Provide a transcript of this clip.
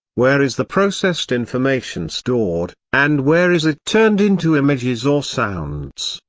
where is the processed information stored, and where is it turned into images or sounds?